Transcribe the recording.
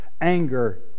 anger